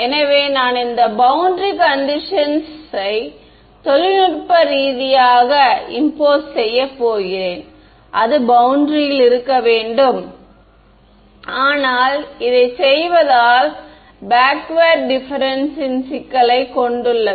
எனவே நான் இந்த பௌண்டரி கண்டிஷன்ஸ் தொழில்நுட்பரீதியாக திணிக்க போகிறேன் அது பௌண்டரியில் இருக்க வேண்டும் ஆனால் இதைச் செய்வதால் பேக்வேர்டு டிஃபரென்ஸ் ன் சிக்களை கொண்டுள்ளது